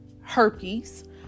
herpes